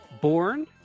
born